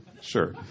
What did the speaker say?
Sure